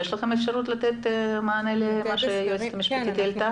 יש לכם אפשרות לתת מענה למה העלתה היועצת המשפטית?